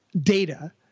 data